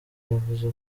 yavuze